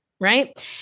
Right